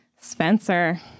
Spencer